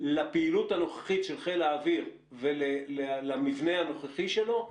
לפעילות הנוכחית של חיל האוויר ולמבנה הנוכחי שלו,